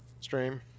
stream